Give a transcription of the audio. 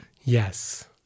Yes